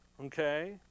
Okay